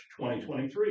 2023